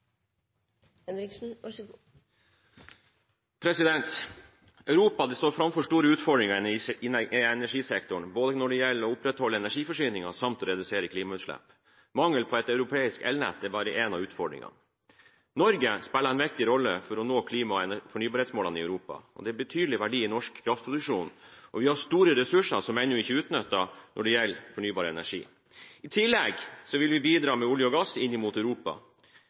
Europa står framfor store utfordringer i energisektoren, både når det gjelder å opprettholde energiforsyningen og å redusere klimautslipp. Mangel på et europeisk elnett er bare én av utfordringene. Norge spiller en viktig rolle for å nå klima- og fornybarmålene i Europa. Det er betydelig verdi i norsk kraftproduksjon, og vi har store ressurser som ennå ikke er utnyttet når det gjelder fornybar energi. I tillegg vil vi bidra med olje og gass inn mot Europa.